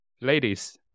Ladies